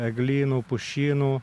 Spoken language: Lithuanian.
eglynų pušynų